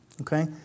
Okay